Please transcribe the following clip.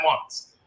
months